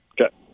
Okay